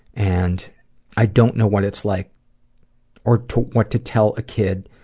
and i don't know what it's like or to what to tell a kid